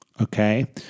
Okay